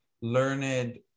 learned